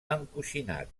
encoixinat